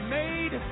made